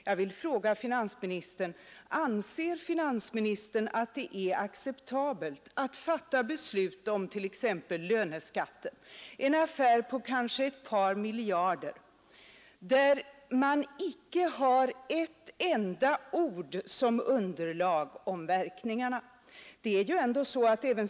Jag vill fråga finansministern: Anser finansministern att det är acceptabelt att fatta beslut om t.ex. löneskatten — en affär på kanske ett par miljarder — utan ett enda ord om verkningarna som underlag?